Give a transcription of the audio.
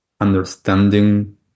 understanding